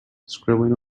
scribbling